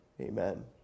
Amen